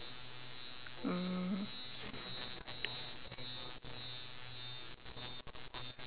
mm